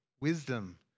wisdom